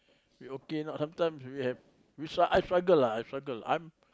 we okay not sometimes we have we s~ I struggle lah I struggle I'm